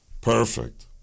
Perfect